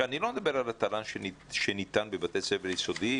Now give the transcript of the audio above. אני לא מדבר על התל"ן שניתן בבתי ספר יסודיים,